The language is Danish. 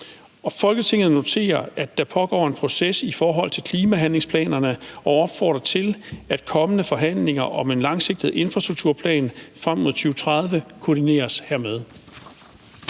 Folketinget noterer, at der pågår en proces i forhold til klimahandlingsplanerne, og opfordrer til, at kommende forhandlinger om en langsigtet infrastrukturplan frem mod 2030 koordineres hermed.«